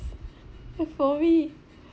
uh for me